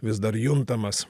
vis dar juntamas